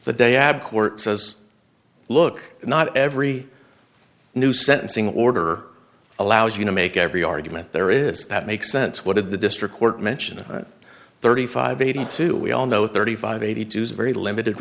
the day ad court says look not every new sentencing order allows you to make every argument there is that makes sense what did the district court mention thirty five eighty two we all know thirty five eighty two years of very limited